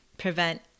prevent